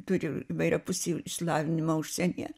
turi įvairiapusį išsilavinimą užsienyje